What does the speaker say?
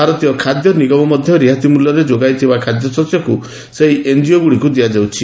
ଭାରତୀୟ ଖାଦ୍ୟ ନିଗମ ମଧ୍ୟ ରିହାତି ମୂଲ୍ୟରେ ଯୋଗାଇଥିବା ଖାଦ୍ୟଶସ୍ୟକୁ ସେହି ଏନ୍କିଓଗୁଡ଼ିକୁ ଦିଆଯାଉଛି